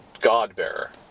God-bearer